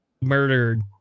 murdered